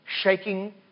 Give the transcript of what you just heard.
shaking